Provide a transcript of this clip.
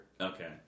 okay